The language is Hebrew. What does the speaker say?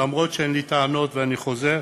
למרות שאין לי טענות, ואני חוזר,